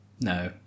No